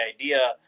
idea